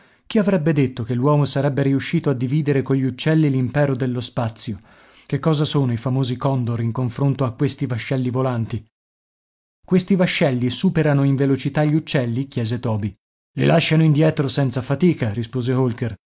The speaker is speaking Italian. chi avrebbe detto che l'uomo sarebbe riuscito a dividere cogli uccelli l'impero dello spazio che cosa sono i famosi condor in confronto a questi vascelli volanti questi vascelli superano in velocità gli uccelli chiese oby i lasciano indietro senza fatica rispose holker